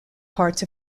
parts